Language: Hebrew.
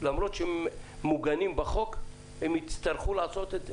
למרות שהם מוגנים בחוק, הם יצטרכו לעשות את זה,